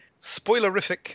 spoilerific